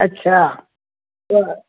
अच्छा